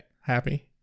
Happy